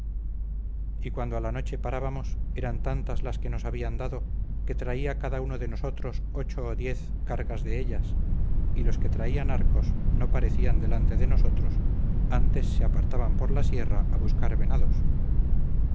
y cuando a la noche parábamos eran tantas las que nos habían dado que traía cada uno de nosotros ocho o diez cargas de ellas y los que traían arcos no parecían delante de nosotros antes se apartaban por la sierra a buscar venados